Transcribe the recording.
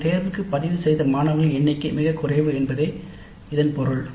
அந்தத் தேர்வுக்கு பதிவுசெய்த மாணவர்களின் எண்ணிக்கை மிகக் குறைவு என்பதே இதன் பொருள்